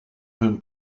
hun